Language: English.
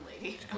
lady